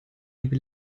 die